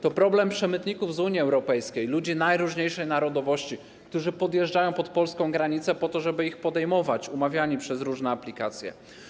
To problem przemytników z Unii Europejskiej, ludzi najróżniejszej narodowości, którzy podjeżdżają pod polską granicę po to, żeby ich podejmować, umawiani przez różne aplikacje.